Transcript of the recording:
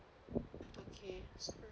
okay